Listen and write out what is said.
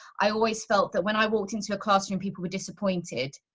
i always felt that when i walked into a classroom, people were disappointed.